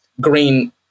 green